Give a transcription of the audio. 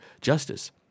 justice